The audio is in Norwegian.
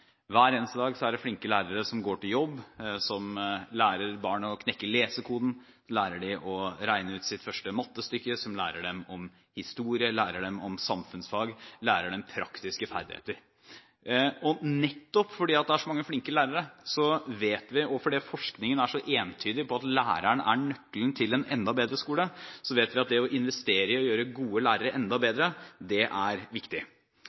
Hver eneste dag er det flinke lærere som går til jobb, som lærer barn å knekke lesekoden, lærer dem å regne ut sitt første mattestykke, lærer dem om historie, lærer dem om samfunnsfag og lærer dem praktiske ferdigheter. Og nettopp fordi det er så mange flinke lærere, og fordi forskningen er så entydig på at læreren er nøkkelen til en enda bedre skole, vet vi at det å investere i å gjøre gode lærere enda bedre er viktig.